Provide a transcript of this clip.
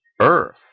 earth